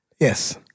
Yes